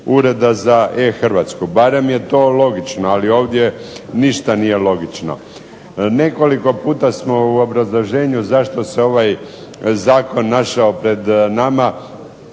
za e-Hrvatsku. Barem je to logično, ali ovdje n išta nije logično. Nekoliko puta smo u obrazloženju zašto se ovaj zakon našao pred nama